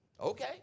okay